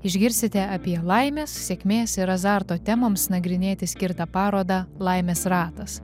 išgirsite apie laimės sėkmės ir azarto temoms nagrinėti skirtą parodą laimės ratas